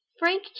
frank